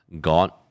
God